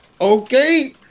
Okay